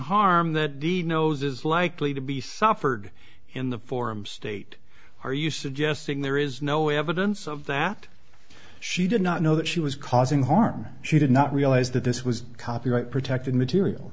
harm that he knows is likely to be suffered in the form state are you suggesting there is no evidence of that she did not know that she was causing harm she did not realize that this was copyright protected material